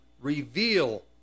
reveal